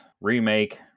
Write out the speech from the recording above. remake